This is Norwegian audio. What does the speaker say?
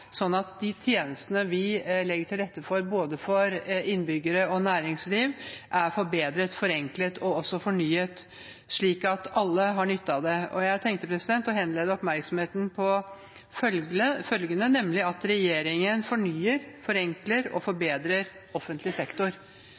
for næringsliv, er forbedret, forenklet og fornyet, slik at alle har nytte av det. Jeg tenkte å henlede oppmerksomheten på følgende – nemlig at regjeringen fornyer, forenkler og forbedrer offentlig sektor,